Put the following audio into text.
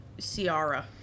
Ciara